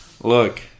Look